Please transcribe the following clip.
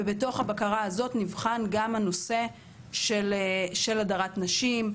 ובתוך הבקרה הזאת נבחן גם הנושא של הדרת נשים,